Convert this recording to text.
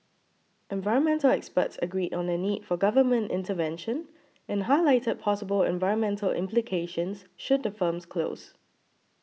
environmental experts agreed on the need for government intervention and highlighted possible environmental implications should the firms close